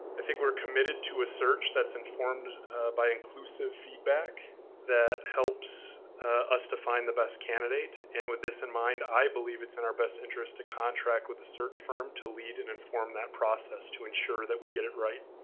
i think we're committed to a search that's informed by inclusive feedback that helps us to find the best candidate. and, with this in mind, i believe it's in our best interest to contract with a search firm to lead and inform that process to ensure that we get it right.